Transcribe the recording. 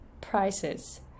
prices